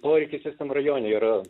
poreikis visam rajone yra